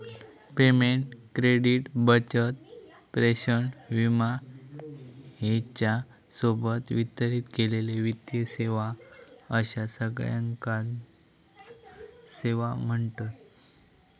payment, credit, बचत, प्रेषण, विमा ह्येच्या सोबत वितरित केलेले वित्तीय सेवा अश्या सगळ्याकांच सेवा म्ह्णतत